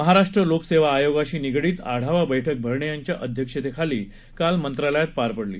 महाराष्ट्र लोकसेवा अयोगाशी निगडित आढावा बैठक भरणे यांच्या अध्यक्षतेखाली मंत्रालयात झाली